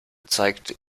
zeigt